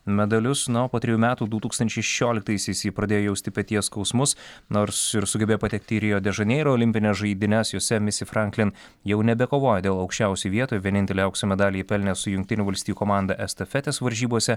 medalius na o po trijų metų du tūkstančiai šešioliktaisiais ji pradėjo jausti peties skausmus nors ir sugebėjo patekti į rio de žaneiro olimpines žaidynes jose misi franklin jau nebekovojo dėl aukščiausių vietų vienintelį aukso medalį ji pelnė su jungtinių valstijų komanda estafetės varžybose